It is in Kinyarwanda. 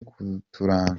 kuturanga